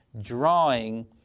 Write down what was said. drawing